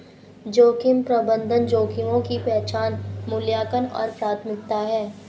जोखिम प्रबंधन जोखिमों की पहचान मूल्यांकन और प्राथमिकता है